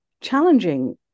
challenging